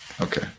Okay